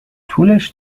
طولش